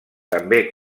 també